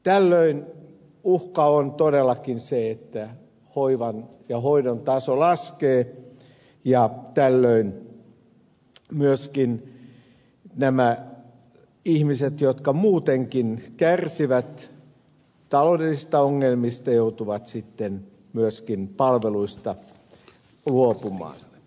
tällöin uhka on todellakin se että hoivan ja hoidon taso laskee ja tällöin myöskin nämä ihmiset jotka muutenkin kärsivät taloudellisista ongelmista joutuvat sitten myöskin palveluista luopumaan